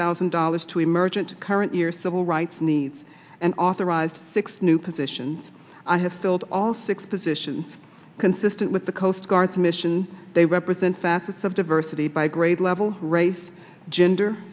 thousand dollars to emergent current year civil rights needs and authorized six new position and i have filled all six positions consistent with the coast guard commission they represent facets of diversity by grade level race gender